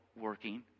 working